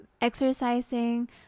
exercising